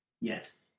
Yes